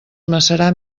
macerar